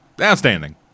Outstanding